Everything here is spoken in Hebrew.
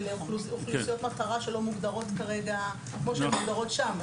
ולאוכלוסיות מטרה שלא מוגדרות כרגע כמו שהן מוגדרות שם,